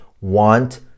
want